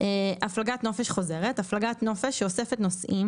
"הפלגת נופש חוזרת" הפלגת נופש שאוספת נוסעים